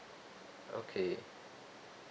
okay